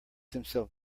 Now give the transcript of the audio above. himself